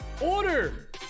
Order